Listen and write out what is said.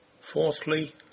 Fourthly